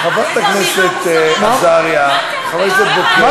חברת הכנסת עזריה, חברת הכנסת בוקר, לא הבנו.